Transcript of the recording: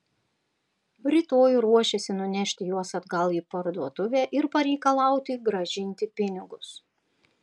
rytoj ruošėsi nunešti juos atgal į parduotuvę ir pareikalauti grąžinti pinigus